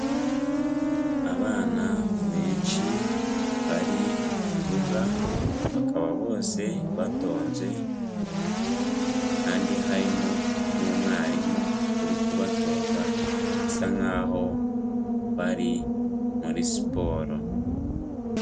Abana benshi bari mu kibuga, bakaba bose batonze umurongo kandi harimo n'umwarimu uri kubatoza, bisa nk'aho bari muri siporo.